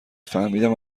فهمیدم